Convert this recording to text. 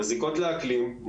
מזיקות לאקלים,